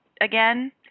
again